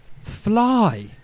fly